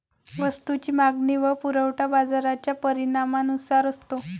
वस्तूची मागणी व पुरवठा बाजाराच्या परिणामानुसार असतो